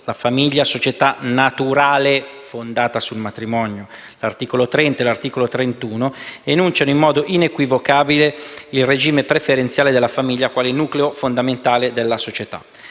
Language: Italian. la famiglia sia una società naturale fondata sul matrimonio), 30 e 31 della Costituzione enunciano in modo inequivocabile il regime preferenziale della famiglia quale nucleo fondamentale della società.